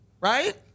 Right